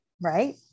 Right